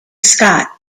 scott